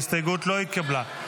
ההסתייגות לא התקבלה.